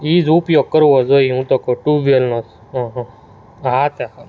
એ જ ઉપયોગ કરવો જોઈએ હું તો કહું ટ્યૂબવેલનો હં હે હા તે